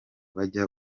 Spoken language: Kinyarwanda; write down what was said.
bakajya